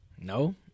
No